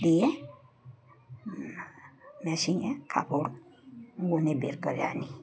দিয়ে মেশিনয়ে কাপড় গুনে বের করে